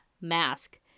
mask